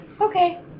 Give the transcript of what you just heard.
Okay